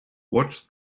watch